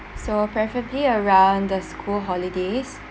so preferably around the school holidays